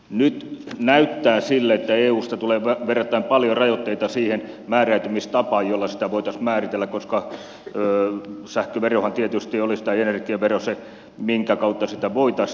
nyt näyttää siltä että eusta tulee verrattain paljon rajoitteita siihen määräytymistapaan jolla sitä voitaisiin määritellä koska sähköverohan tietysti tai energiavero olisi se minkä kautta sitä voitaisiin tehdä